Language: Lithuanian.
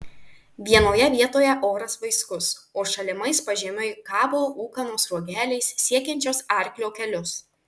vienoje vietoje oras vaiskus o šalimais pažemiui kabo ūkanos sruogelės siekiančios arklio kelius